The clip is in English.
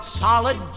solid